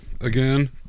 again